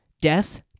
Death